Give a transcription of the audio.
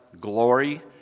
glory